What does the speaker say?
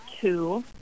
two